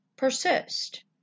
Persist